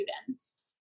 students